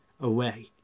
away